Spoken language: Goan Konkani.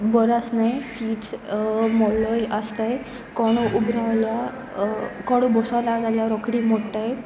बरो आसनाय सिट्स मोडल आसताय कोणो उबो रावलो कोणो बसो ना जाल्यार रोखडी मोडटाय